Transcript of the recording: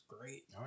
great